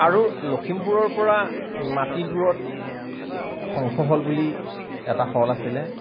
আৰু লখিমপুৰৰ পৰা নাতিদূৰত শংখ হল বুলি এটা হল আছিলে